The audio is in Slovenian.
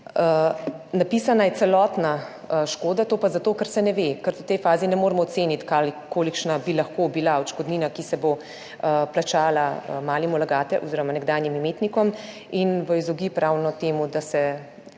Napisana je celotna škoda, to pa zato, ker se ne ve, ker v tej fazi ne moremo oceniti, kolikšna bi lahko bila odškodnina, ki se bo plačala malim vlagateljem oziroma nekdanjim imetnikom. In v izogib ravno temu, da se